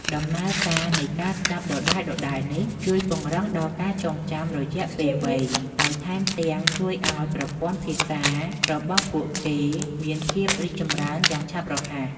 ដំណើរការនៃការស្ដាប់ដដែលៗនេះ ជួយពង្រឹងដល់ការចងចាំរយៈពេលវែង ហើយថែមទាំងជួយឱ្យប្រព័ន្ធភាសារបស់ពួកគេមានភាពរីកចម្រើនយ៉ាងឆាប់រហ័ស